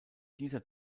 dieser